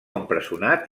empresonat